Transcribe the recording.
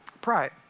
Pride